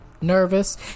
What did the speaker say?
nervous